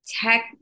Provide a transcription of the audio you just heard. Tech